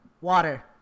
water